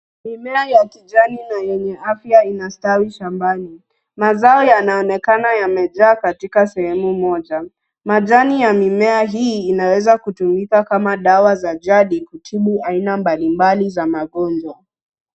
Mimea ya kijani na yenye afya inastawi shambani. Mazao yanaonekana yamejaa katika sehemu moja. Majani ya mimea hii inaweza kutumika kama dawa za jadi kutibu aina mbali mbali za magonjwa.